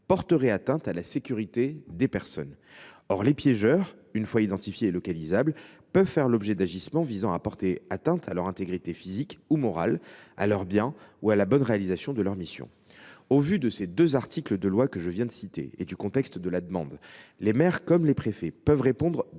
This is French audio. porterait atteinte » à la « sécurité des personnes ». Or les piégeurs, une fois identifiés et localisables, peuvent faire l’objet d’agissements visant à porter atteinte à leur intégrité physique ou morale, à leurs biens ou à la bonne réalisation de leur mission. Au vu des deux dispositions législatives que je viens de citer et du contexte de la demande, les maires comme les préfets peuvent répondre